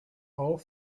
all